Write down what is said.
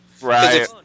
Right